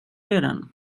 redan